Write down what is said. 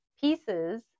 pieces